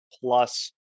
plus